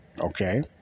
okay